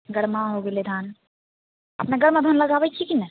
गरमा हो गेलै धान अपने गरमा धान लगाबै छियै की नहि